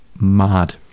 mad